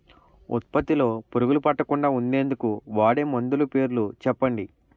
ఉత్పత్తి లొ పురుగులు పట్టకుండా ఉండేందుకు వాడే మందులు పేర్లు చెప్పండీ?